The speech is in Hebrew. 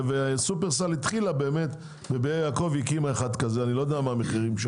"שופרסל" התחילה באמת להקים אחד כזה בבאר יעקב.